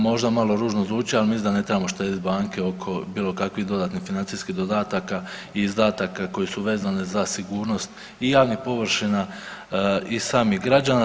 Možda malo ružno zvuči, ali mislim da ne trebamo štiti banke oko bilo kakvih dodatnih financijskih dodataka i izdataka koje su vezane za sigurnost i javnih površina i samih građana.